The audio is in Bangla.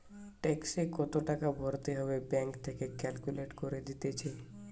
ট্যাক্সে কত টাকা ভরতে হবে ব্যাঙ্ক থেকে ক্যালকুলেট করে দিতেছে